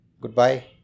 Goodbye